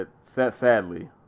Sadly